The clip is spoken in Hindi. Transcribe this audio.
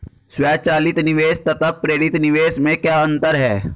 स्वचालित निवेश तथा प्रेरित निवेश में क्या अंतर है?